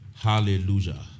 hallelujah